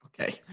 Okay